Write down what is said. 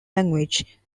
language